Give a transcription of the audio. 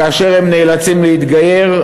כאשר הם נאלצים להתגייר,